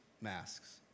masks